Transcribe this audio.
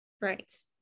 Right